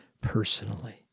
personally